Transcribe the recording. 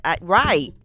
Right